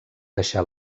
deixar